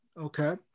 Okay